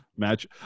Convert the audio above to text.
match